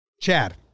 Chad